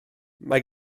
mae